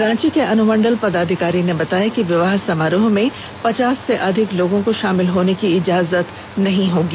रांची के अनुमंडल पदाधिकारी ने बताया कि विवाह समारोह में पचास से अधिक लोगों को शामिल होने की इजाजत नहीं दी जाएगी